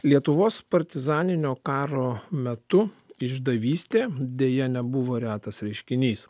lietuvos partizaninio karo metu išdavystė deja nebuvo retas reiškinys